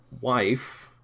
wife